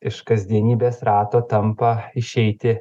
iš kasdienybės rato tampa išeiti